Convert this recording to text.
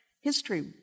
history